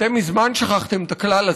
אתם מזמן שכחתם את הכלל הזה.